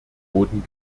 boden